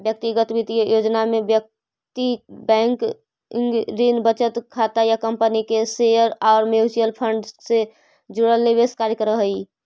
व्यक्तिगत वित्तीय योजना में व्यक्ति बैंकिंग, ऋण, बचत खाता या कंपनी के शेयर आउ म्यूचुअल फंड से जुड़ल निवेश कार्य करऽ हइ